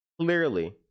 Clearly